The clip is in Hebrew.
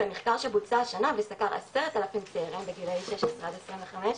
במחקר שבוצע השנה וסקר 10,000 צעירים בגילאים 16 עד 25,